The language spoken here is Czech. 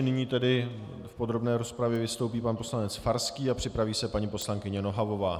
Nyní v podrobné rozpravě vystoupí pan poslanec Farský a připraví se paní poslankyně Nohavová.